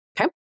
Okay